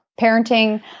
Parenting